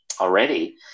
already